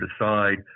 decide